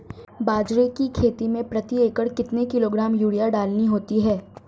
बाजरे की खेती में प्रति एकड़ कितने किलोग्राम यूरिया डालनी होती है?